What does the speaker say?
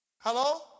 Hello